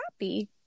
happy